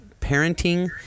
parenting